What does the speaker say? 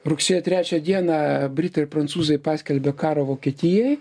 rugsėjo trečią dieną britai ir prancūzai paskelbė karą vokietijai